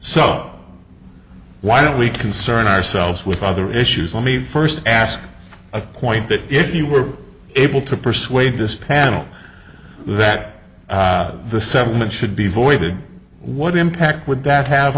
so why don't we concern ourselves with other issues let me first ask a point that if you were able to persuade this panel that the sentiment should be voided what impact would that have